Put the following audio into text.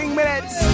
minutes